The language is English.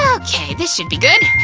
okay, this should be good!